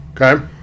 Okay